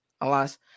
alas